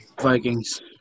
Vikings